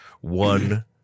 one